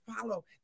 follow